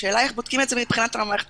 השאלה היא איך בודקים את זה מבחינת המערכת